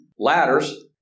Ladders